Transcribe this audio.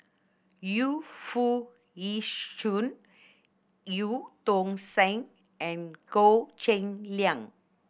Yu Foo Yee Shoon Eu Tong Sen and Goh Cheng Liang